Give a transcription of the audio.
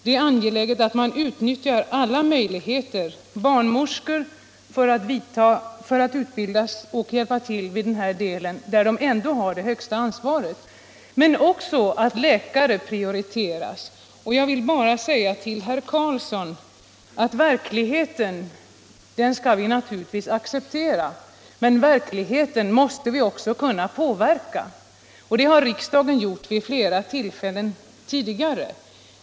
Det är viktigt att man utnyttjar alla möjligheter; att barnmorskor utbildas och hjälper till inom det här området, där de ändå har det högsta ansvaret, men också att läkare prioriteras till förlossningsvården. Jag vill säga till herr Karlsson i Huskvarna att verkligheten skall vi naturligtvis acceptera, men verkligheten måste vi också kunna påverka. Det har riksdagen gjort vid flera tillfällen tidigare.